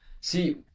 See